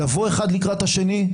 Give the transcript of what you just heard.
לבוא אחד לקראת השני,